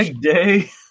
day